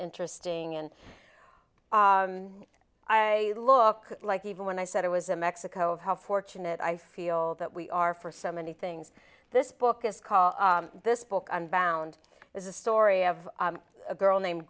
interesting and i look like even when i said it was in mexico how fortunate i feel that we are for so many things this book is called this book i'm bound is a story of a girl named